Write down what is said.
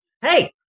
Hey